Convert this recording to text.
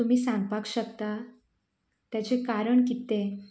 तुमी सांगपाक शकता ताचे कारण कितें तें